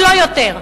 ולא יותר.